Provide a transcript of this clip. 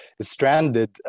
stranded